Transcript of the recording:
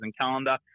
calendar